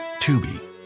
Tubi